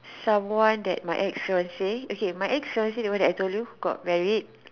someone that my ex fiance okay my ex fiance the one that I told you got married